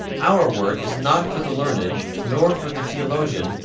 our work is not for the learned, nor for the theologian,